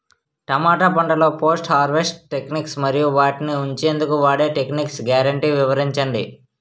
టమాటా పంటలో post harvest techniques మరియు వాటిని ఉంచెందుకు వాడే టెక్నిక్స్ గ్యారంటీ వివరించండి?